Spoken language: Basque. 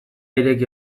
ireki